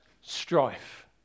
strife